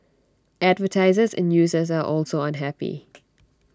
advertisers and users are also unhappy